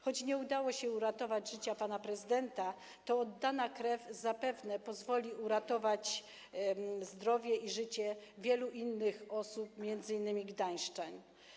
Choć nie udało się uratować życia pana prezydenta, to oddana krew zapewne pozwoli uratować zdrowie i życie wielu innych osób, m.in. gdańszczan.